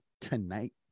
tonight